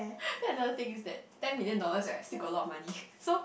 then another thing is that ten million dollars eh I still got a lot of money so